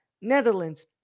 Netherlands